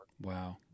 Wow